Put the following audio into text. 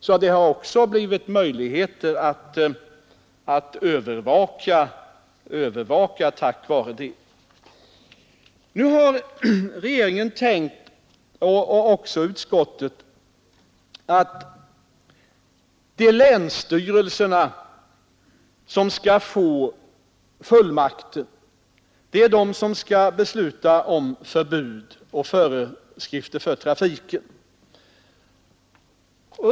Snöskotern har alltså bidragit till att förbättra fordon övervakningen. Nu har regeringen och jordbruksutskottet tänkt sig att länsstyrelserna skall få fullmakt att besluta om förbud och föreskrifter för trafiken.